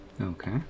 Okay